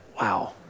Wow